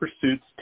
pursuits